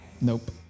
Nope